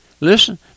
listen